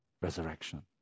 resurrection